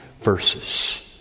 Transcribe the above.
verses